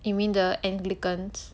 you mean the anglicans